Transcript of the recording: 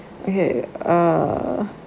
okay uh